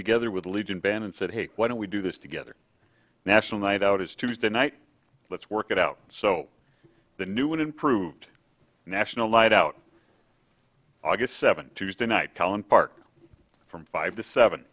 together with a legion band and said hey why don't we do this together national night out is tuesday night let's work it out so the new and improved national lead out aug seventh tuesday night alan parker from five to seven